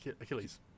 Achilles